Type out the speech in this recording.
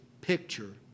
picture